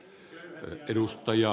arvoisa puhemies